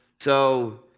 so,